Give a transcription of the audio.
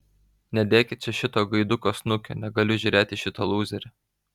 nedėkit čia šito gaiduko snukio negaliu žiūrėti į šitą lūzerį